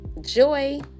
Joy